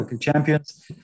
Champions